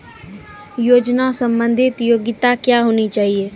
योजना संबंधित योग्यता क्या होनी चाहिए?